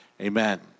amen